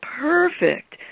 perfect